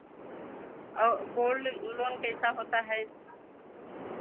और gold loan कैसा होता है